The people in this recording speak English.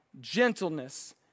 gentleness